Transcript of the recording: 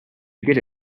forget